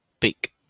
Big